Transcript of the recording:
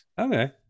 Okay